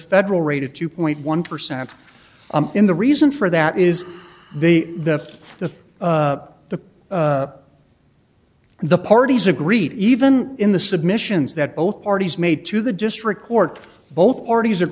federal rate of two point one percent in the reason for that is the the the the the parties agreed even in the submissions that both parties made to the district court both parties